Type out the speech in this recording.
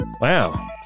Wow